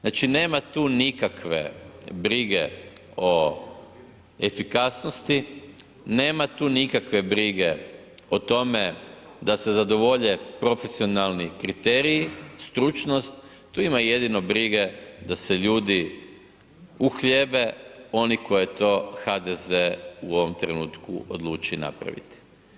Znači, nema tu nikakve brige o efikasnosti, nema tu nikakve brige o tome da se zadovolje profesionalni kriteriji, stručnost, tu ima jedino brige da se ljudi uhljebe oni koje to HDZ u ovom trenutku odluči napraviti.